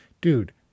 Dude